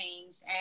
changed